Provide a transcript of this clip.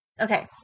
Okay